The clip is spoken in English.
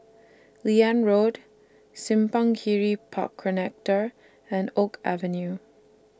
Liane Road Simpang Kiri Park Connector and Oak Avenue